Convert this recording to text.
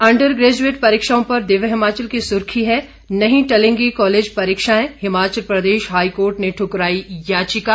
under graduate परीक्षाओं पर दिव्य हिमाचल की सुर्खी है नहीं टलेंगी कालेज परीक्षाएं हिमाचल प्रदेश हाईकोर्ट ने दुकराई याचिका